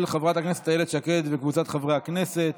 של חברת הכנסת איילת שקד וקבוצת חברי הכנסת.